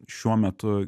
šiuo metu